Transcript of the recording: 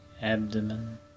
Abdomen